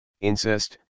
incest